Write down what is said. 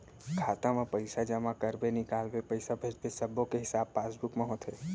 खाता म पइसा जमा करबे, निकालबे, पइसा भेजबे सब्बो के हिसाब पासबुक म होथे